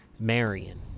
Marion